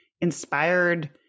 inspired